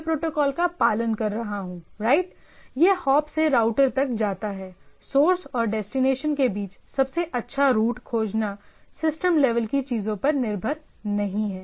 मैं प्रोटोकॉल का पालन कर रहा हूं राइट यह हॉप से राउटर तक जाता हैसोर्स और डेस्टिनेशन के बीच सबसे अच्छा रूट खोजना सिस्टम लेवल की चीजों पर निर्भर नहीं है